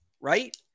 right